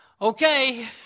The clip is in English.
Okay